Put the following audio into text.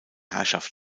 herrschaft